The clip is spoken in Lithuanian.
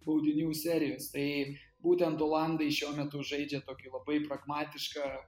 baudinių serijos tai būtent olandai šiuo metu žaidžia tokį labai pragmatišką